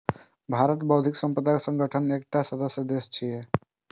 भारत बौद्धिक संपदा संगठन के एकटा सदस्य देश छियै